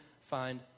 find